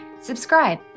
Subscribe